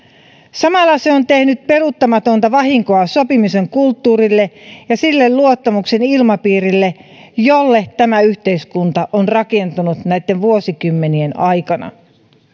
samalla se on tehnyt peruuttamatonta vahinkoa sopimisen kulttuurille ja sille luottamuksen ilmapiirille jolle tämä yhteiskunta on rakentunut näitten vuosikymmenien aikana